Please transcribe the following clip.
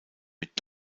mit